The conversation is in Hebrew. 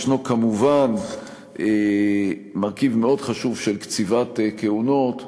ישנו כמובן מרכיב מאוד חשוב של קציבת כהונות,